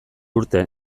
urte